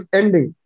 ending